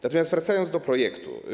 Natomiast wracając do projektu.